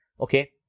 Okay